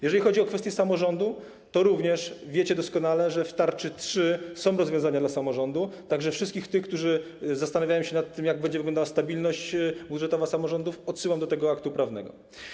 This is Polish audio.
Jeżeli chodzi o kwestię samorządu, to również wiecie doskonale, że w tarczy 3.0 są rozwiązania dla samorządu, tak że wszystkich tych, którzy zastanawiają się nad tym, jak będzie wyglądała stabilność budżetowa samorządów, odsyłam do tego aktu prawnego.